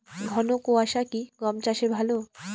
ঘন কোয়াশা কি গম চাষে ভালো?